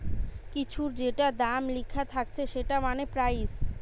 কিছুর যেটা দাম লিখা থাকছে সেটা মানে প্রাইস